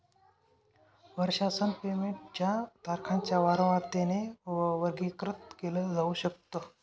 वर्षासन पेमेंट च्या तारखांच्या वारंवारतेने वर्गीकृत केल जाऊ शकत